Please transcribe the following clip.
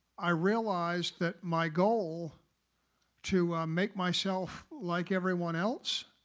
i realized that my goal to make myself like everyone else